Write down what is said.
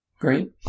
Great